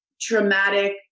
traumatic